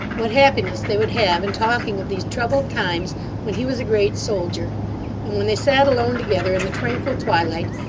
what happiness they would have in talking of these troubled times when he was a great soldier and when they sat alone together in the tranquil twilight,